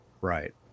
Right